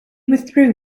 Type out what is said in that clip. withdrew